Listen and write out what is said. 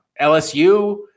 LSU